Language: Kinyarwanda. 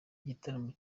igitaramo